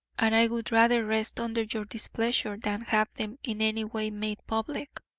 and i would rather rest under your displeasure than have them in any way made public.